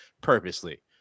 purposely